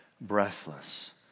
breathless